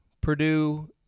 Purdue